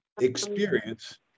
experience